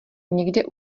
někde